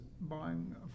buying